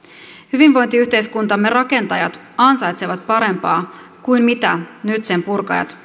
hyvinvointiyhteiskuntamme rakentajat ansaitsevat parempaa kuin mitä nyt sen purkajat